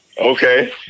Okay